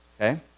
Okay